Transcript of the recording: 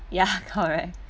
ya correct